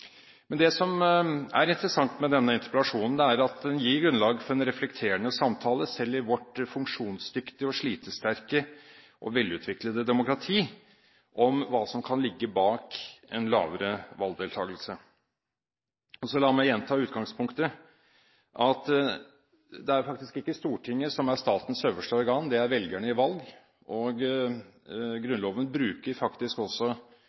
Men det som er interessant med denne interpellasjonen, er at den gir grunnlag for en reflekterende samtale selv i vårt funksjonsdyktige og slitesterke og velutviklede demokrati om hva som kan ligge bak en lavere valgdeltagelse. Så la meg gjenta utgangspunktet, at det er faktisk ikke Stortinget som er statens øverste organ, det er velgerne i valg. Grunnloven bruker faktisk